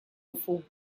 уфу